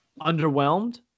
underwhelmed